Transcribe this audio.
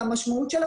והמשמעות שלו,